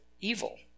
evil